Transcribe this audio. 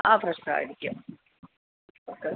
ആ ഫ്രഷ് ആയിരിക്കാം ഓക്കെ